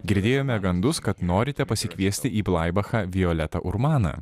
girdėjome gandus kad norite pasikviesti į blaibachą violetą urmaną